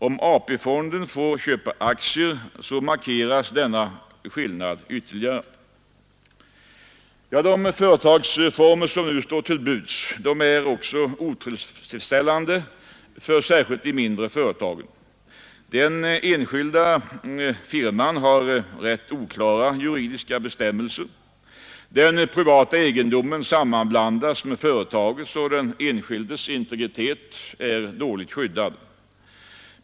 Om AP-fonden får köpa aktier markeras denna skillnad ytterligare. De företagsformer som nu står till buds är otillfredsställande särskilt för de mindre företagen. Den enskilda firman har rätt oklara juridiska bestämmelser. Den privata egendomen sammanblandas med företagets egendom, och den enskildes integritet är dåligt skyddad.